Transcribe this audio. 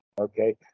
okay